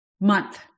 month